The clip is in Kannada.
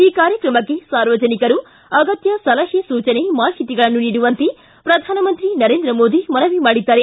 ಈ ಕಾರ್ಯಕ್ರಮಕ್ಕೆ ಸಾರ್ವಜನಿಕರು ಅಗತ್ಯ ಸಲಹೆ ಸೂಚನೆ ಮಾಹಿತಿಗಳನ್ನು ನೀಡುವಂತೆ ಪ್ರಧಾನಮಂತ್ರಿ ನರೇಂದ್ರ ಮೋದಿ ಮನವಿ ಮಾಡಿದ್ದಾರೆ